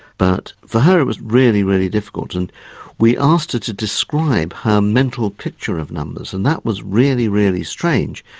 but for her it was really, really difficult. and we asked her to describe her mental picture of numbers and that was really, really strange,